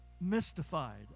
mystified